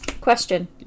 Question